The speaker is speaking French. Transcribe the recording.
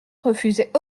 refusait